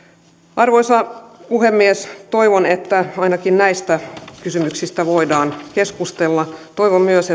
arvoisa puhemies toivon että ainakin näistä kysymyksistä voidaan keskustella toivon myös